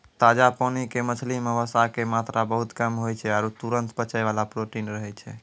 ताजा पानी के मछली मॅ वसा के मात्रा बहुत कम होय छै आरो तुरत पचै वाला प्रोटीन रहै छै